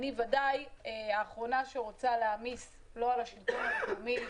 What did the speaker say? אני וודאי האחרונה שרוצה להעמיס לא על השלטון המקומי,